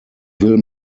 will